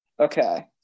okay